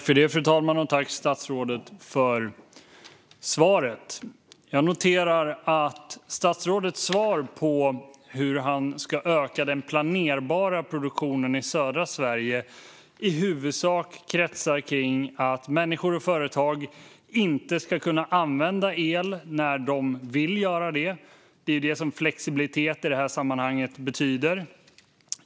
Fru talman! Tack, statsrådet, för svaret! Jag noterar att statsrådets svar på hur han ska öka den planerbara produktionen i södra Sverige i huvudsak kretsar kring att människor och företag inte ska kunna använda el när de vill göra det. Det är det som flexibilitet betyder i detta sammanhang.